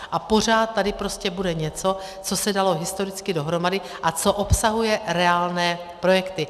A pořád tady prostě bude něco, co se dalo historicky dohromady a co obsahuje reálné projekty.